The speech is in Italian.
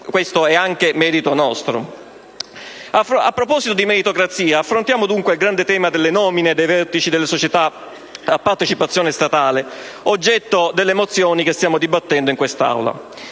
questo, ciò è anche merito nostro. A proposito di meritocrazia, affrontiamo dunque il grande tema delle nomine dei vertici delle società a partecipazione statale, oggetto delle mozioni che stiamo dibattendo in quest'Aula.